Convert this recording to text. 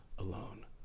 alone